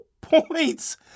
points